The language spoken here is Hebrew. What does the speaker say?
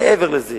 מעבר לזה,